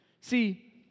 See